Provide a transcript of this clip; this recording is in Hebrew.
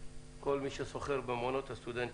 כל מי ששוכר במעונות הסטודנטים.